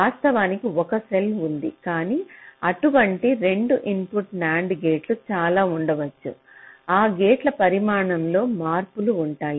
వాస్తవానికి ఒక సెల్ ఉంది కానీ అటువంటి 2 ఇన్పుట్ NAND గేట్లు చాలా ఉండవచ్చు ఆ గేట్ల పరిమాణంలో మార్పులు ఉంటాయి